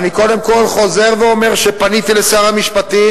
אני קודם כול חוזר ואומר שפניתי לשר המשפטים,